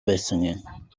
байсан